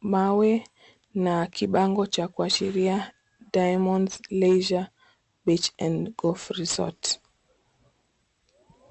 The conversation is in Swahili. mawe na kibango cha kuashiria Diamonds Leisure Beach and Golf Resort.